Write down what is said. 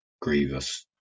Grievous